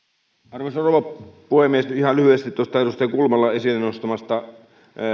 arvoisa rouva puhemies ihan lyhyesti edustaja kulmalan esille nostamasta